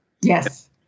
Yes